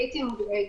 הייתי מודאגת,